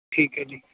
ਠੀਕ ਹੈ ਜੀ